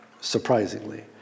surprisingly